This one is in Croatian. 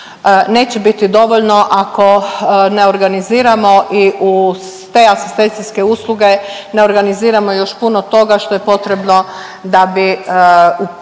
neće biti dovoljno ako ne organiziramo i uz te asistencijske usluge ne organiziramo još puno toga što je potrebno da bi ispunili